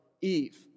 Eve